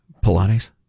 Pilates